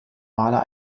maler